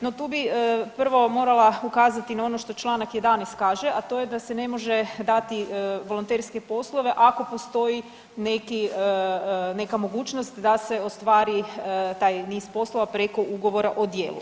No tu bi prvo morala ukazati na ono što čl. 11. kaže, a to je da se ne može dati volonterske poslove ako postoji neka mogućnost da se ostvari niz poslova preko ugovora o djelu.